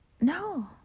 no